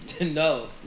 No